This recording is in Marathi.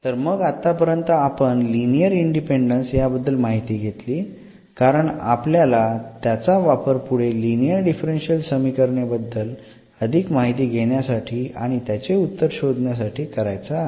तर मग आत्तापर्यन्त आपण लिनिअर इंडिपेंडेंन्स याबद्दल माहिती घेतली कारण आपल्याला त्याचा वापर पुढे लिनिअर डिफरन्शियल समीकरणे बद्दल अधिक माहिती घेण्यासाठी आणि त्याचे उत्तर शोधण्यासाठी करायचा आहे